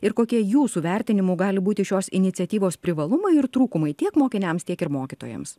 ir kokie jūsų vertinimu gali būti šios iniciatyvos privalumai ir trūkumai tiek mokiniams tiek ir mokytojams